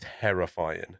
terrifying